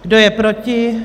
Kdo je proti?